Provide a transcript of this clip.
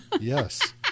yes